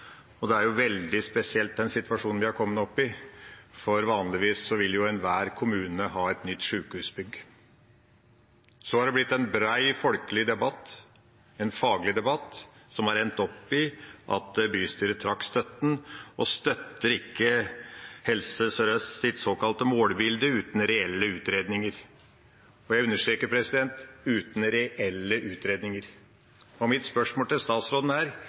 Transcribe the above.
Den situasjonen vi har kommet opp i, er veldig spesiell, for vanligvis vil enhver kommune ha et nytt sykehusbygg. Det har blitt en bred folkelig debatt og en faglig debatt som har endt med at bystyret trakk støtten, og nå ikke støtter Helse Sør-Østs såkalte målbilde uten reelle utredninger – og jeg understreker: uten reelle utredninger. Mitt spørsmål til statsråden er: